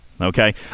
Okay